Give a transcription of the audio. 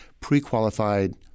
pre-qualified